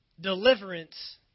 deliverance